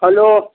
hello